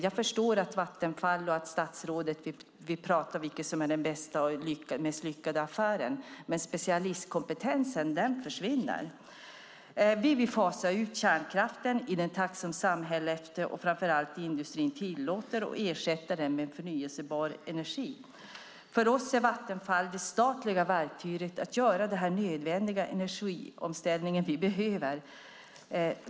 Jag förstår att Vattenfall och statsrådet vill prata om vilken som är den bästa och mest lyckade affären, men specialistkompetensen försvinner. Vi vill fasa ut kärnkraften i den takt som samhället och framför allt industrin tillåter och ersätta den med förnybar energi. För oss är Vattenfall det statliga verktyget för att göra den nödvändiga energiomställningen.